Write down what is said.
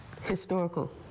historical